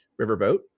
riverboat